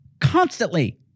constantly